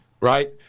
right